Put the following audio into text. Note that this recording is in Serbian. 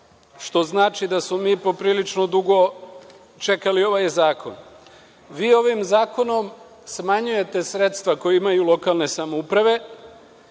što znači da smo mi poprilično dugo čekali ovaj zakon. Vi ovim zakonom smanjujete sredstva koja imaju lokalne samouprave